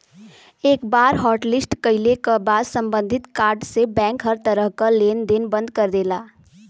एक बार हॉटलिस्ट कइले क बाद सम्बंधित कार्ड से बैंक हर तरह क लेन देन बंद कर देला